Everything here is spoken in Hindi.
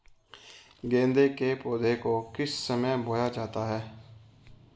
गेंदे के पौधे को किस समय बोया जाता है?